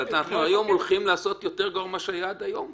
היום אנחנו הולכים לעשות יותר גרוע ממה שהיה עד היום.